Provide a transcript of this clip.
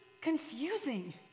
confusing